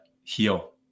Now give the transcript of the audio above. heal